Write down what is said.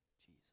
Jesus